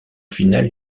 finale